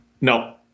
No